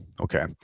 Okay